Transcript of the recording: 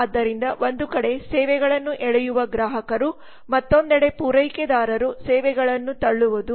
ಆದ್ದರಿಂದ ಒಂದು ಕಡೆ ಸೇವೆಗಳನ್ನು ಎಳೆಯುವ ಗ್ರಾಹಕರು ಮತ್ತೊಂದೆಡೆ ಪೂರೈಕೆದಾರರು ಸೇವೆಗಳನ್ನು ತಳ್ಳುವುದು